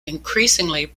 increasingly